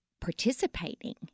participating